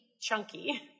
chunky